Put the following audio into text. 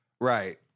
Right